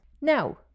Now